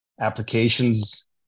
applications